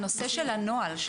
הנושא של הנוהל,